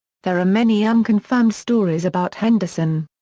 there are many unconfirmed stories about henderson.